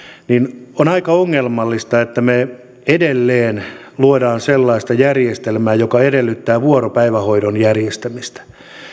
niin on aika ongelmallista että me edelleen luomme sellaista järjestelmää joka edellyttää vuoropäivähoidon järjestämistä